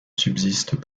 subsistent